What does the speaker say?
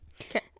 Okay